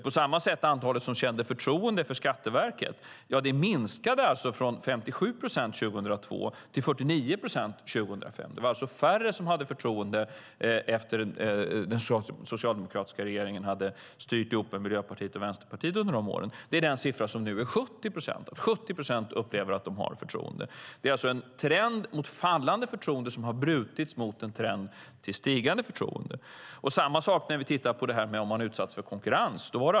På samma sätt minskade antalet som kände förtroende för Skatteverket från 57 procent 2002 till 49 procent 2005. Det var alltså färre som hade förtroende efter det att den socialdemokratiska regeringen hade styrt ihop med Miljöpartiet och Vänsterpartiet under de åren. Den siffran är nu 70 procent. 70 procent upplever att de har förtroende. En trend med fallande förtroende har brutits, och nu är det en trend med stigande förtroende. Samma sak gäller om man tittar på om företag har utsatts för konkurrens.